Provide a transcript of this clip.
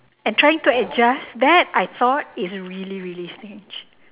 and trying to adjust that I thought is just really really strange